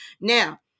Now